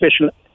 special